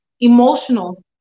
emotional